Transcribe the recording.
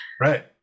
Right